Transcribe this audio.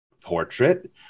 portrait